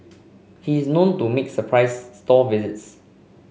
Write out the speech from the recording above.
he is known to make surprise store visits